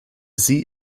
sie